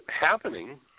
happening